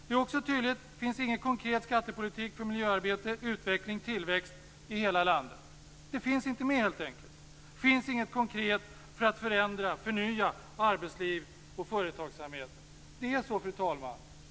Det är också tydligt att det inte finns någon konkret skattepolitik för miljöarbete, utveckling och tillväxt i hela landet. Det finns inte med, helt enkelt. Det finns inget konkret för att förändra och förnya arbetsliv och företagsamhet. Det är så, fru talman.